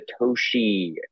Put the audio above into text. satoshi